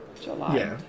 July